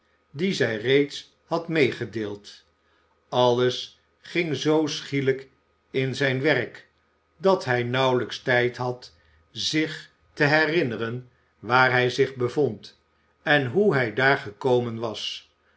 die zij reeds had meegedeeld alles ging zoo schielijk in zijn werk dat hij nauwelijks tijd had zich te herinneren waar hij zich bevond en hoe hij daar gekomen was